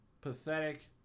pathetic